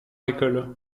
école